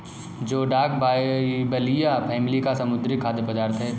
जोडाक बाइबलिया फैमिली का समुद्री खाद्य पदार्थ है